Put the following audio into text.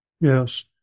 yes